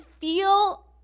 feel